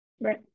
right